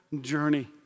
journey